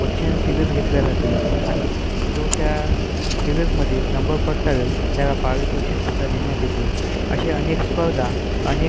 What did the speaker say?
क्वच्छन series घेतली जाते आणि जो त्या सिरीजमध्ये नंबर पटकावेल त्याला पारितोषिकसुद्धा देण्यात येते अशा अनेक स्पर्धा अनेक